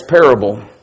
parable